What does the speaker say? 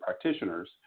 practitioners